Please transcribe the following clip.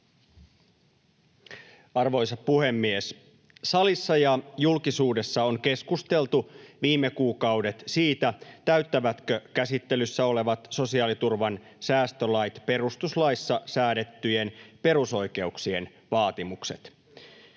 Arvoisa puhemies! Salissa ja julkisuudessa on keskusteltu viime kuukaudet siitä, täyttävätkö käsittelyssä olevat sosiaaliturvan säästölait perustuslaissa säädettyjen perusoikeuksien vaatimukset.